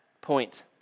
point